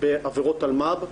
בעבירות אלימות במשפחה,